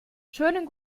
schönen